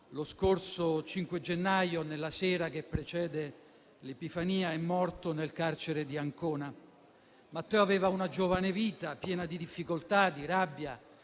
lo scorso 5 gennaio, nella sera che precede l'Epifania, è morto nel carcere di Ancona. Matteo aveva una giovane vita, piena di difficoltà, di rabbia,